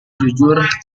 jujur